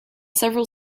several